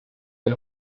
del